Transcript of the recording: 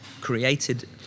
created